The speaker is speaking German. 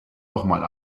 nochmal